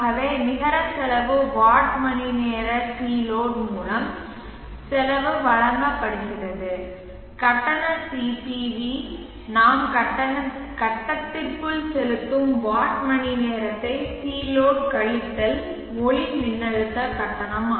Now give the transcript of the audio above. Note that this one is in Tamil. ஆகவே நிகர செலவு வாட் மணிநேர Cload மூலம் செலவு வழங்கப்படுகிறது கட்டண CPV நாம் கட்டத்திற்குள் செலுத்தும் வாட் மணிநேரத்தை Cloadகழித்தல் ஒளிமின்னழுத்த கட்டணம்